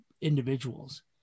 individuals